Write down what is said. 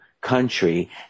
country